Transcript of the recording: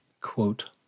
quote